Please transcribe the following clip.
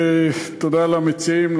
תודה למציעים,